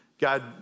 God